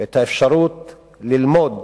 ואת האפשרות ללמוד